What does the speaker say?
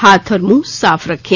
हाथ और मुंह साफ रखें